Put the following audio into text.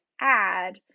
add